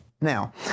Now